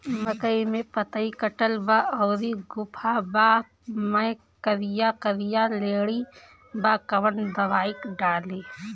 मकई में पतयी कटल बा अउरी गोफवा मैं करिया करिया लेढ़ी बा कवन दवाई डाली?